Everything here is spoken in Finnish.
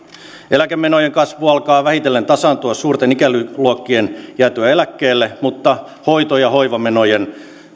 eläkemenojen kasvu alkaa vähitellen tasaantua suurten ikäluokkien jäätyä eläkkeelle mutta hoito ja hoivamenojen